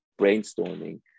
brainstorming